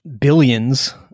Billions